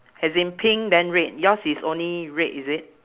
as in pink then red yours is only red is it